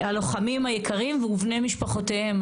הלוחמים היקרים ובני משפחותיהם.